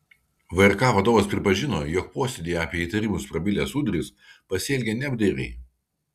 vrk vadovas pripažino jog posėdyje apie įtarimus prabilęs udris pasielgė neapdairiai